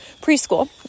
preschool